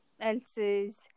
else's